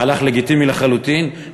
מהלך לגיטימי לחלוטין,